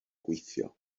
gweithio